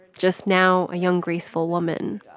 just now a young graceful woman.